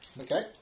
Okay